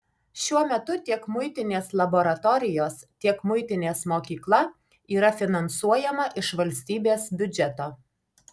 šiuo metu tiek muitinės laboratorijos tiek muitinės mokykla yra finansuojama iš valstybės biudžeto